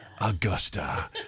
Augusta